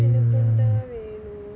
எனக்குந்தா வேணும்:enakkunthaa venum